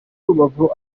rubavu